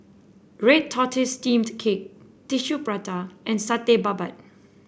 Red Tortoise Steamed Cake Tissue Prata and Satay Babat